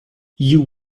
you